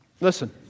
Listen